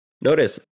Notice